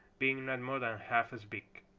being not more than half as big.